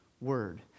word